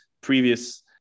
previous